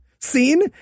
scene